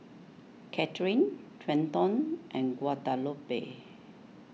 Cathrine Trenton and Guadalupe